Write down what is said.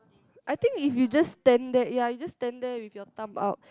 I think if you just stand there ya you just stand there with your thumb out